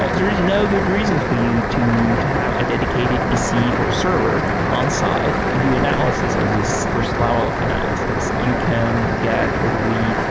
ah there is no good reason for you to to have a dedicated pc or server on site to do analysis or this first level of analysis. you can get a really,